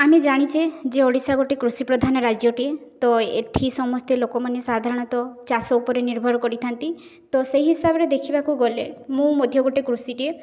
ଆମେ ଜାଣିଛେ ଯେ ଓଡ଼ିଶା ଗୋଟେ କୃଷି ପ୍ରଧାନ ରାଜ୍ୟଟିଏ ତ ଏଠି ସମସ୍ତେ ଲୋକମାନେ ସାଧାରଣତଃ ଚାଷ ଉପରେ ନିର୍ଭର କରିଥାନ୍ତି ତ ସେ ହିସାବରେ ଦେଖିବାକୁ ଗଲେ ମୁଁ ମଧ୍ୟ ଗୋଟିଏ କୃଷିଟିଏ